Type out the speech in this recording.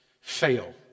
fail